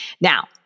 Now